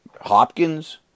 Hopkins